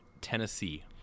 Tennessee